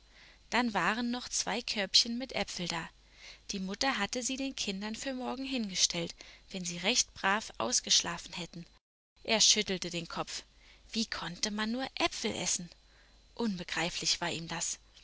dann waren noch zwei körbchen mit äpfel da die mutter hatte sie den kindern für morgen hingestellt wenn sie recht brav ausgeschlafen hätten er schüttelte den kopf wie konnte man nur äpfel essen unbegreiflich war ihm das